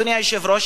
אדוני היושב-ראש,